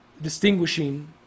distinguishing